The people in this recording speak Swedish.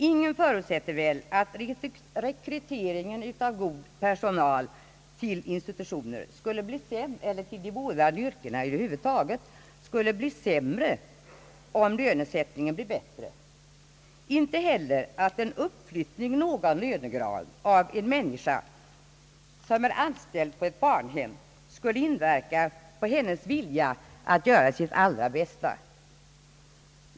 Ingen förutsätter väl att rekryteringen av god personal till institutionerna — eller till de vårdande yrkena över huvud taget — skulle bli sämre om lönesättningen förbättras; inte heller att en uppflyttning någon lönegrad av en anställd vid ett barnhem skulle inverka ogynnsamt på hennes vilja att göra sitt allra bästa.